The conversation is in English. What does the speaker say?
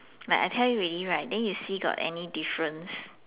like I tell you already right then you see got any difference